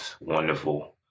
wonderful